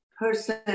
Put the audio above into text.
person